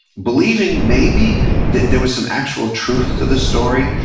believing maybe that there was some actual truth to the story,